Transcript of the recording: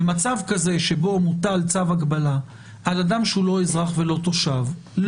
במצב כזה שבו מוטל צו הגבלה על אדם שהוא לא אזרח ולא תושב,